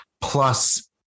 plus